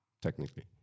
technically